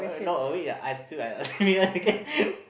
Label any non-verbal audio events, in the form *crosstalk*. no on me I ask you I ask me one okay *laughs*